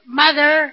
mother